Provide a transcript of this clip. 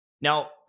now